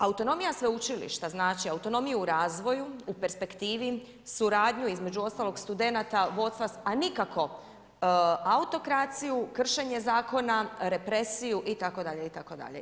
Autonomija sveučilišta znači autonomiju u razvoju, u perspektivi, suradnju između ostalog studenata, vodstva a nikako autokraciju, kršenje zakona, represiju itd., itd.